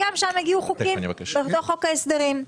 גם לשם הגיעו חוקים בתוך חוק ההסדרים.